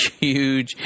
huge